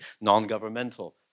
non-governmental